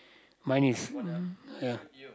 mine is um yeah